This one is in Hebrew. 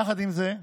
יחד עם זה,